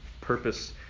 purpose